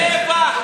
מדברים על טבח,